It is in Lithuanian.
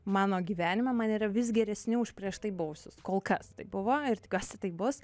mano gyvenime man yra vis geresni už prieš tai buvusius kol kas taip buvo ir tikiuosi taip bus